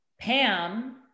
Pam